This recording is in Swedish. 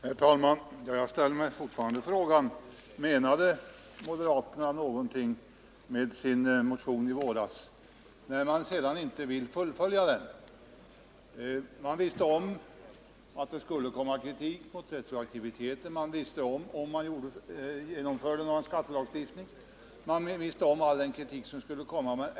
Herr talman! Jag ställer mig fortfarande frågan: Menade moderaterna någonting med sin motion i våras, när de sedan inte vill fullfölja den? Man visste ju i våras om att det skulle komma kritik mot retroaktiviteten. Man visste om all den kritik som skull komma om man genomförde en skattelagstiftning.